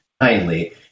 kindly